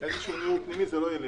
איזשהו בירור פנימי, זה לא ילך.